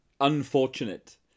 unfortunate